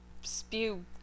spew